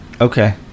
okay